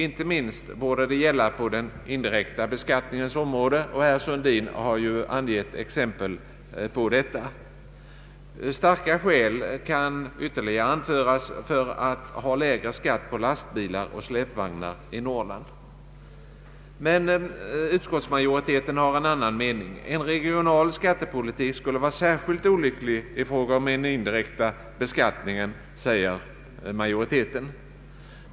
Inte minst borde detta gälla på den indirekta beskattningens område, och herr Sundin har ju gett exempel på det. Starka skäl kan ytterligare anföras för en lägre skatt på lastbilar och släpvagnar i Norrland. Men utskottsmajoriteten har en annan mening. En regional skattepolitik skulle vara särskilt olycklig i fråga om den indirekta beskattningen, säger utskottet.